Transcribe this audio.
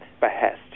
behest